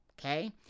okay